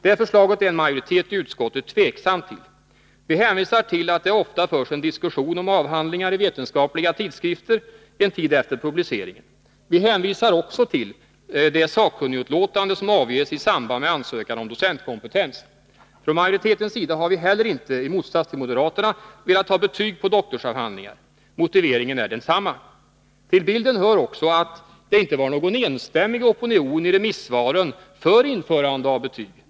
Det förslaget är en majoritet i utskottet tveksam till. Vi hänvisar till att det ofta förs en diskussion om avhandlingar i vetenskapliga tidskrifter en tid efter publiceringen. Vi hänvisar också till det sakkunnigutlåtande som avges i samband med ansökan om docentkompetens. Från majoritetens sida har vi heller inte i motsats till moderaterna velat ha betyg på doktorsavhandlingar. Motiveringen är densamma. Till bilden hör också att det inte var någon enstämmig opinion i remissvaren för införande av betyg.